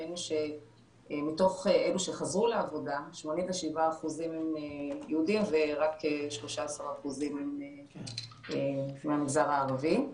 ראינו שמתוך אלה שחזרו לעבודה 87% הם יהודים ורק 13% הם מהמגזר הערבי,